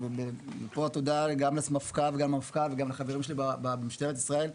ופה התודה גם לסמפכ"ל וגם למפכ"ל וגם לחברים שלי במשטרת ישראל,